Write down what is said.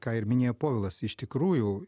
ką ir minėjo povilas iš tikrųjų